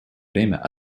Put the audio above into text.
время